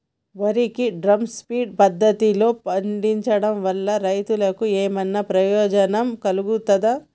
వరి ని drum feed పద్ధతిలో పండించడం వల్ల రైతులకు ఏమన్నా ప్రయోజనం కలుగుతదా?